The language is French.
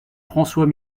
françois